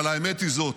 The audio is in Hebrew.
אבל האמת היא זאת,